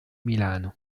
milano